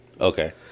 Okay